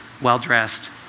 well-dressed